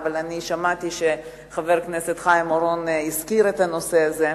אבל שמעתי שחבר הכנסת חיים אורון הזכיר את הנושא הזה.